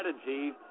strategy